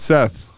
Seth